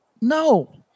No